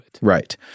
Right